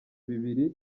bibiri